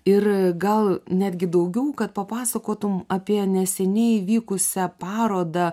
ir gal netgi daugiau kad papasakotum apie neseniai įvykusią parodą